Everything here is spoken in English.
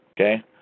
Okay